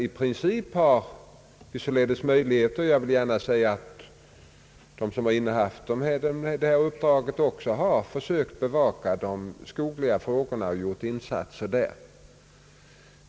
I princip har de således möjligheter att bevaka de skogliga frågorna, och jag vill gärna säga att de som innehaft detta uppdrag också försökt bevaka dessa frågor och gjort insatser där.